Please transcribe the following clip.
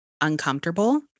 uncomfortable